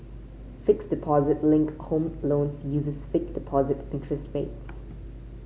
fixed deposit linked home loans uses fixed deposit interest rates